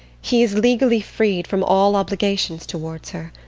he is legally freed from all obligations towards her.